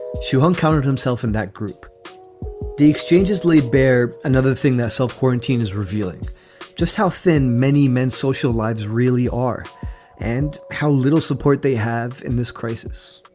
she hung counted himself in that group the exchanges laid bare another thing that self-quarantine is revealing just how thin many men's social lives really are and how little support they have in this crisis